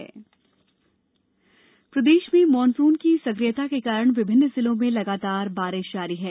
मौसम प्रदेश में मानसून की सक्रियता के कारण विभिन्न जिलों में लगातार बारिश जारी है